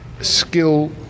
skill